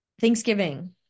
Thanksgiving